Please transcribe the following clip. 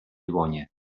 dłonie